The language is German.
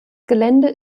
gelände